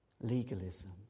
legalism